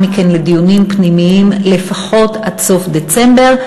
מכן לדיונים פנימיים לפחות עד סוף דצמבר.